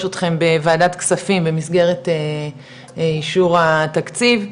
אתכם בוועדת כספים במסגרת אישור התקציב,